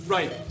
Right